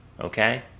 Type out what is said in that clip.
okay